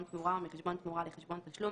תמורה או מחשבון תמורה לחשבון תשלום,